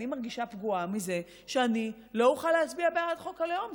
אני מרגישה פגועה מזה שאני לא אוכל להצביע בעד חוק הלאום.